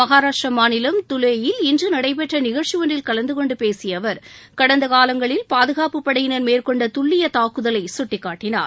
மகாராஷ்டிரா மாநிலம் துலேயில் இன்று நடைபெற்ற நிகழ்ச்சி ஒன்றில் கலந்துகொண்டு பேசிய அவர் கடந்த காலங்களில் பாதுகாப்பு படையினர் மேற்கொண்ட துல்லிய தாக்குதலை கட்டிக்காட்டினார்